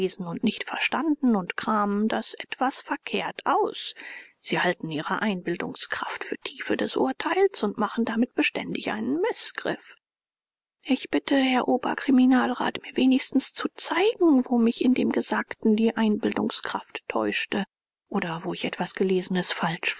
und nicht verstanden und kramen das etwas verkehrt aus sie halten ihre einbildungskraft für tiefe des urteils und machen damit beständig einen mißgriff ich bitte herr oberkriminalrat mir wenigstens zu zeigen wo mich in dem gesagten die einbildungskraft täuschte oder wo ich etwas gelesenes falsch